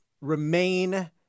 remain